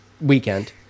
weekend